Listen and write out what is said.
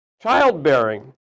childbearing